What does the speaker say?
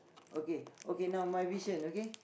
okay okay now my vision okay